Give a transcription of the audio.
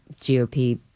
GOP